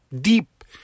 deep